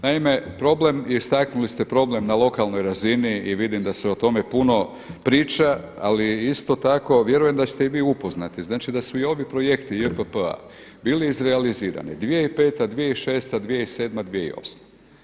Naime, istaknuli ste problem na lokalnoj razini i vidim da se o tome puno priča, ali isto tako vjerujem da ste i vi upoznate, znači da su i ovi projekti JPP-a bili izrealizirani 2005., 2006., 2007., 2008. godina.